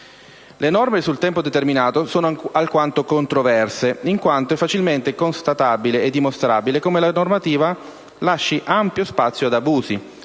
Le norme sul tempo determinato sono alquanto controverse in quanto è facilmente constatabile e dimostrabile come la normativa lasci ampio spazio ad abusi: